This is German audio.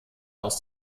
aus